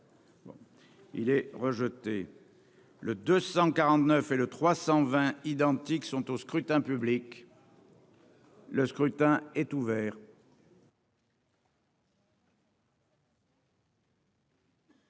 il est rejeté. Le 249 et le 320 identiques sont au scrutin public. Le scrutin est ouvert.